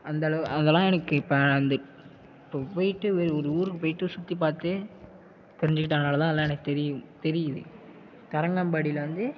அந்தளவு அதெல்லாம் எனக்கு இப்போ வந்து இப்போ போய்ட்டு ஒரு ஊருக்கு போய்ட்டு சுற்றி பார்த்து தெரிஞ்சிக்கிட்டதனால தான் அதெல்லாம் எனக்கு தெரியும் தெரியுது தரங்கம்பாடியில் வந்து